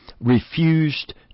refused